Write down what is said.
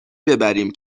ببریم